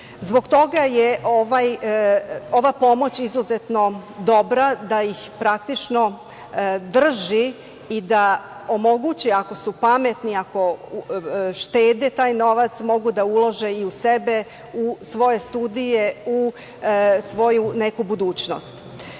Zbog toga je ova pomoć izuzetno dobra, da ih praktično drži i da omogući, ako su pametni, ako štede taj novac mogu da ulože i u sebe, u svoje studije u svoju neku budućnost. Ono